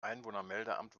einwohnermeldeamt